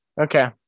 Okay